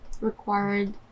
required